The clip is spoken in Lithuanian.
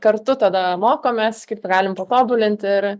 kartu tada mokomės kaip galim patobulinti ir